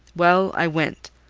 well, i went,